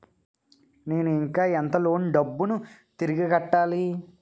నేను ఇంకా ఎంత లోన్ డబ్బును తిరిగి కట్టాలి?